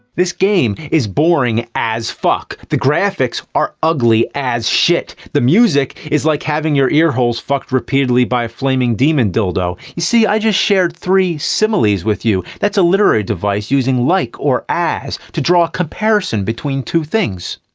this game is boring as fuck. the graphics are ugly as shit. the music is like having your ear holes fucked repeatedly by a flaming demon dildo. you see, i just shared three similes with you. that's a literary device using like or as to draw a comparison between two things.